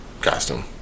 costume